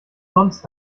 sonst